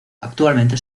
actualmente